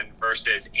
versus